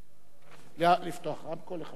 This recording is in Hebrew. לפתוח רמקול לחבר הכנסת טיבייב.